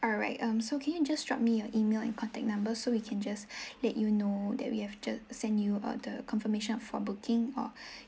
alright um so can you just drop me your email and contact number so we can just let you know that we have uh send you uh the confirmation for booking or